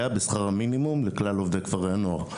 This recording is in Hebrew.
בשכר המינימום לכלל עובדי כפרי הנוער.